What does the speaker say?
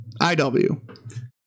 IW